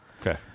Okay